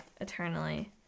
eternally